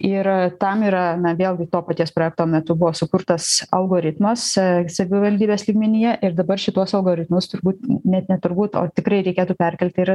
ir tam yra na vėlgi to paties projekto metu buvo sukurtas algoritmas savivaldybės lygmenyje ir dabar šituos algoritmus turbūt net ne turbūt o tikrai reikėtų perkelti ir